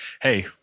hey